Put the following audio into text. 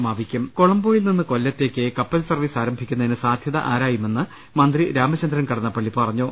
്്്്്്് കൊളംബോയിൽ നിന്ന് കൊല്ലത്തേക്ക് കപ്പൽ സർവീസ് ആരംഭിക്കുന്നതിന് സാധ്യത ആരായുമെന്ന് മന്ത്രി രാമചന്ദ്രൻ കടന്നപ്പള്ളി പറഞ്ഞു